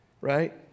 right